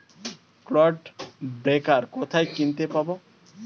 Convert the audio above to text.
Clod breaker কোথায় কিনতে পাব?